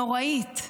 נוראית,